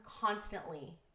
constantly